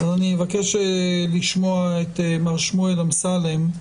אני מבקש לשמוע את מר שמואל אמסלם.